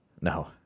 No